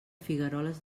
figueroles